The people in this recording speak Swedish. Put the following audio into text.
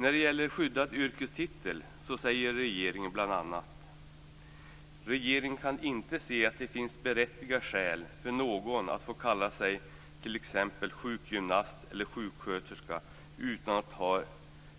När det gäller skyddad yrkestitel säger regeringen bl.a.: "Regeringen kan inte se att det finns berättigade skäl för någon att få kalla sig t.ex. sjukgymnast eller sjuksköterska utan att ha